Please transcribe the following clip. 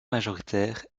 majoritaire